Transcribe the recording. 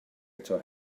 eto